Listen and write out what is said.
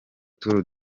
tour